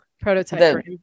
prototype